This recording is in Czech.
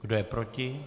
Kdo je proti?